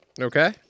Okay